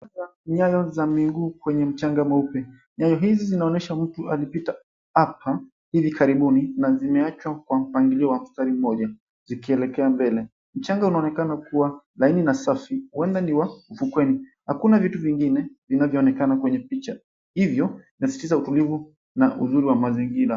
Nyayo za miguu kwenye mchanga mweupe. Nyayo hizi zinaonyesha mtu alipita hapa hivi karibuni na zimeachwa kwa mpangilio wa mstari moja, zikielekea mbele. Mchanga unaonekana kua lakini na safi, huenda ni wa fukweni. Hakuna vitu vingine vinavyoonekana kwenye picha. Hivyo unasisitiza utulivu na uzuri wa mazingira.